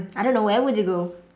I don't know where would you go